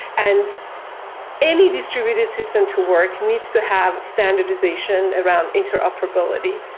and any distributed system to work needs to have standardization around interoperability,